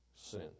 sin